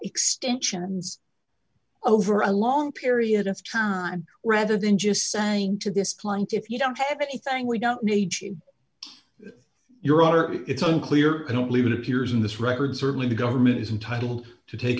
extensions over a long period of time rather than just saying to this plank if you don't have anything we don't need your honor it's unclear i don't believe in a few years in this record certainly the government is entitled to take